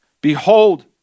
Behold